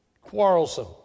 Quarrelsome